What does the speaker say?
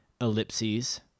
ellipses